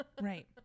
right